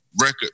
record